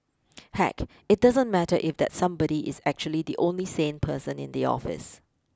heck it doesn't matter if that somebody is actually the only sane person in the office